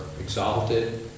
exalted